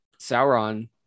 Sauron